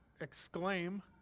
exclaim